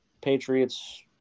Patriots